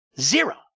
zero